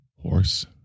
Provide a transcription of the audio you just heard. Horse